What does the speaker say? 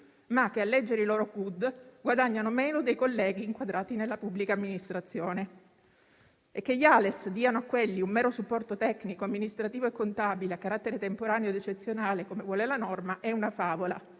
ma che, a leggere i loro CUD, guadagnano meno dei colleghi inquadrati nella pubblica amministrazione, e che gli ALES diano a quelli un mero supporto tecnico-amministrativo e contabile a carattere temporaneo ed eccezionale, come vuole la norma, è una favola.